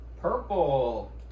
Purple